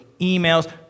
emails